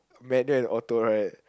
manual and auto right